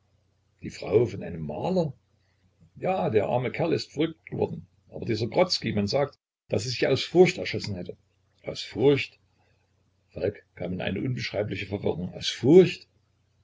die frau von einem maler ja der arme kerl ist verrückt geworden aber dieser grodzki man sagt daß er sich aus furcht erschossen hat aus furcht falk kam in eine unbeschreibliche verwirrung aus furcht